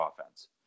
offense